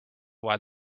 why